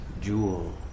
jewel